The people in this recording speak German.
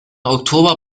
oktober